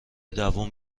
دووم